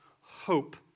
hope